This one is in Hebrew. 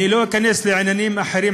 אני לא אכנס לעניינים אחרים,